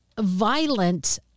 violent